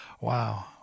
Wow